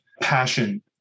passion